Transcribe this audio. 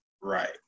Right